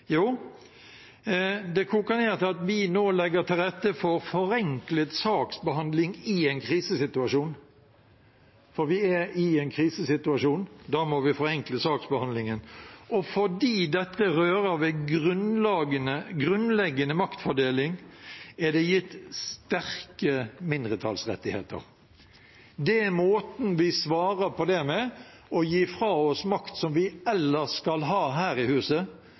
Jo, det koker ned til at vi nå legger til rette for forenklet saksbehandling i en krisesituasjon. For vi er i en krisesituasjon. Da må vi forenkle saksbehandlingen. Fordi dette rører ved grunnleggende maktfordeling, er det gitt sterke mindretallsrettigheter. Det er måten vi svarer på det å gi fra oss makt som vi ellers skal ha her i huset,